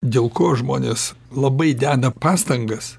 dėl ko žmonės labai deda pastangas